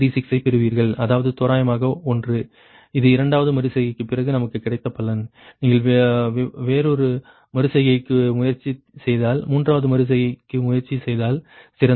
02436 ஐப் பெறுவீர்கள் அதாவது தோராயமாக 1 இது இரண்டாவது மறு செய்கைக்குப் பிறகு நமக்குக் கிடைத்த பலன் நீங்கள் வேறொரு மறு செய்கைக்கு முயற்சி செய்தால் மூன்றாவது மறு செய்கைக்கு முயற்சி செய்தால் சிறந்தது